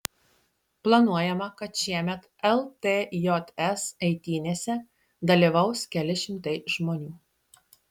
planuojama kad šiemet ltjs eitynėse dalyvaus keli šimtai žmonių